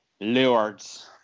lords